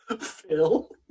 Phil